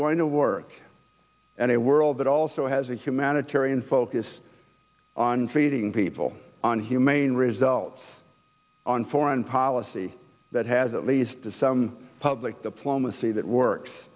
going to work in a world that also has a humanitarian focus on feeding people on humane results on foreign policy that has at least to some public diplomacy that works